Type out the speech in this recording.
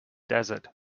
desert